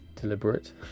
deliberate